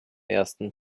ersten